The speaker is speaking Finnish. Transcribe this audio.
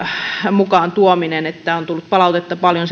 mukaan tuominen on tullut palautetta paljon